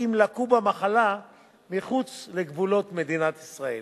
אם לקו במחלה מחוץ לגבולות מדינת ישראל,